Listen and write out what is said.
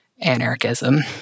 anarchism